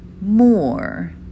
more